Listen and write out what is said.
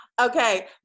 Okay